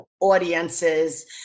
audiences